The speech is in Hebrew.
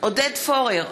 עודד פורר,